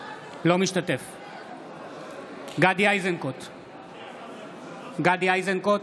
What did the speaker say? אינו משתתף בהצבעה גדי איזנקוט,